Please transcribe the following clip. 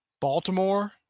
Baltimore